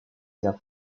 cap